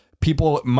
people